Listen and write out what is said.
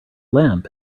lamp